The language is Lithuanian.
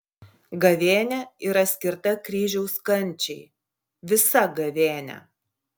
gavėnia yra ir skirta kryžiaus kančiai visa gavėnia